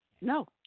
No